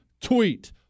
tweet